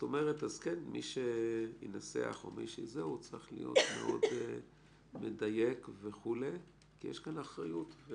אז מי שינסח צריך מאוד לדייק כי יש כאן אחריות.